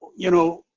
you know,